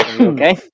okay